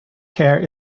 care